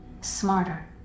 Smarter